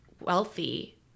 wealthy